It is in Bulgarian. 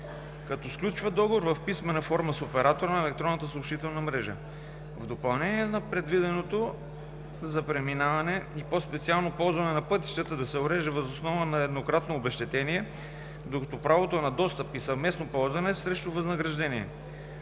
като сключват договор в писмена форма с оператора на електронната съобщителна мрежа. В допълнение, предвиденото за преминаване и по-специално ползване на пътищата да се урежда въз основа на еднократно обезщетение, докато правото на достъп и съвместно ползване – срещу възнаграждение.